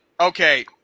okay